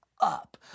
up